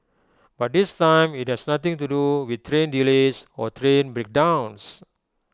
but this time IT has nothing to do with train delays or train breakdowns